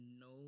no